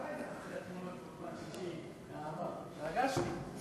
התרגשתי.